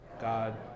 God